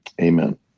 amen